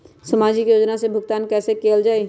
सामाजिक योजना से भुगतान कैसे कयल जाई?